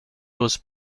was